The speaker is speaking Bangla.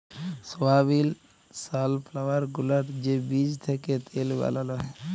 সয়াবিল, সালফ্লাওয়ার গুলার যে বীজ থ্যাকে তেল বালাল হ্যয়